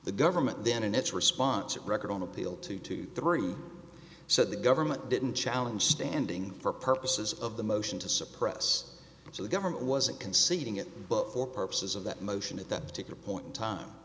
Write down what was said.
the government then in its response it record on appeal two to three said the government didn't challenge standing for purposes of the motion to suppress so the government wasn't conceding it but for purposes of that motion at that particular point in time